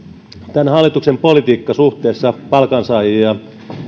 tämän hallituksen politiikka suhteessa palkansaajiin